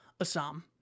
Assam